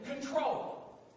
control